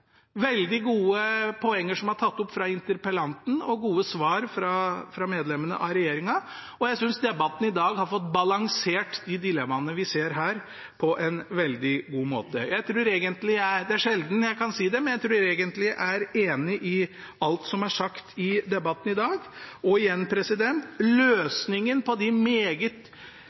veldig gode poenger fra interpellanten og gode svar fra medlemmene av regjeringen. Jeg synes debatten i dag har fått balansert de dilemmaene vi ser her, på en veldig god måte. Det er sjelden jeg kan si det, men jeg tror egentlig jeg er enig i alt som er sagt i debatten i dag. Igjen: Løsningen på de